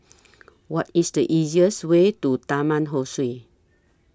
What IS The easiest Way to Taman Ho Swee